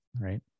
right